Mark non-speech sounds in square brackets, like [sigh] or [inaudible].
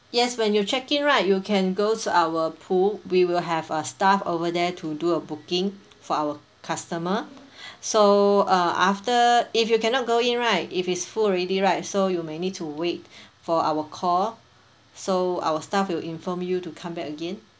yes when you checked in right you can go to our pool we will have a staff over there to do a booking for our customer [breath] so uh after if you cannot go in right if it's full already right so you may need to wait [breath] for our call so our staff will inform you to come back again